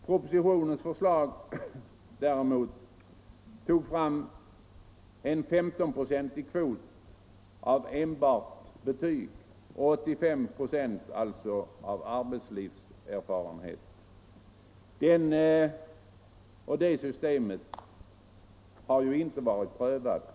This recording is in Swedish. Propositionens förslag däremot innebar en 15-procentig kvot av enbart betyg och alltså en 85-procentig kvot av arbetslivserfarenhet. Det systemet har inte prövats och är inte utrett.